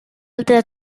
alta